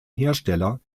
hersteller